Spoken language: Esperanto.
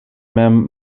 mem